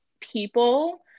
people